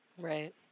Right